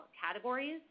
categories